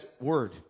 word